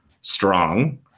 strong